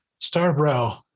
Starbrow